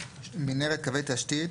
"מנהרת קווי תשתית"